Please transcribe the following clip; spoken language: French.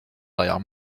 derrière